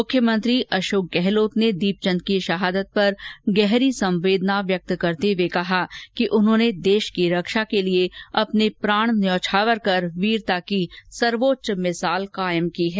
मुख्यमंत्री अशोक गहलोत ने दीपचन्द की शहादत पर गहरी संवेदना व्यक्त करते हुए कहा कि उन्होंने देश की रक्षा के लिए अपने प्राण न्यौछावर कर वीरता की सर्वोच्च मिसाल कायम की है